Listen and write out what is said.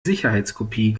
sicherheitskopie